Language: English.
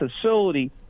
facility